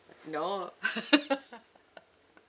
no